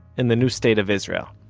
in the new state of israel